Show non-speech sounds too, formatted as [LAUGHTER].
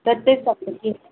तर तेच [UNINTELLIGIBLE]